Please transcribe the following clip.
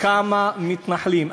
כמה מתנחלים.